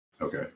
Okay